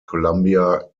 columbia